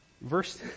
Verse